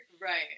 Right